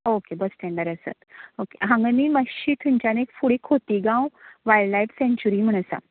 okay बसस्टेडांर आसा okay हांगा न्हय थंयच्यान फुडें खोतीगांव वायल्डलायफ सेंच्युरी म्हूण आसा